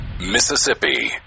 Mississippi